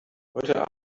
heute